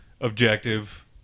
objective